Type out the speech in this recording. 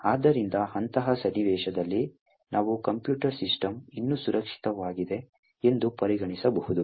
ಆದ್ದರಿಂದ ಅಂತಹ ಸನ್ನಿವೇಶದಲ್ಲಿ ನಾವು ಕಂಪ್ಯೂಟರ್ ಸಿಸ್ಟಮ್ ಇನ್ನೂ ಸುರಕ್ಷಿತವಾಗಿದೆ ಎಂದು ಪರಿಗಣಿಸಬಹುದು